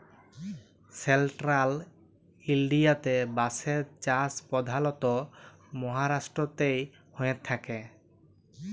central ইলডিয়াতে বাঁশের চাষ পধালত মাহারাষ্ট্রতেই হঁয়ে থ্যাকে